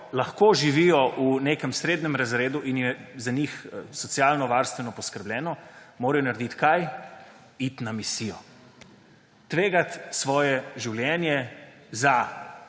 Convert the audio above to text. lahko živijo v nekem srednjem razredu in je za njih socialnovarstveno poskrbljeno, morajo narediti kaj? Iti na misijo, tvegati svoje življenje za